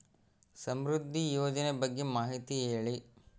ಸಮೃದ್ಧಿ ಯೋಜನೆ ಬಗ್ಗೆ ಮಾಹಿತಿ ಹೇಳಿ?